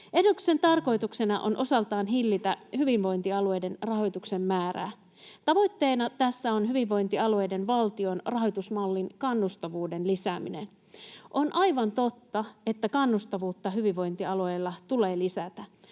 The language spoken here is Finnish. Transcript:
Esityksen tarkoituksena on osaltaan hillitä hyvinvointialueiden rahoituksen määrää. Tavoitteena tässä on hyvinvointialueiden valtion rahoitusmallin kannustavuuden lisääminen. On aivan totta, että kannustavuutta hyvinvointialueilla tulee lisätä.